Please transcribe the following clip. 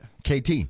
KT